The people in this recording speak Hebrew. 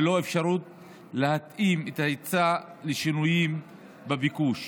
ללא אפשרות להתאים את ההיצע לשינויים בביקוש,